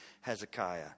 Hezekiah